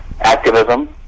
activism